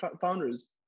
founders